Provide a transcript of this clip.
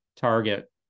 target